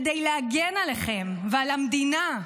כדי להגן עליכם ועל המדינה.